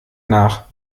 nach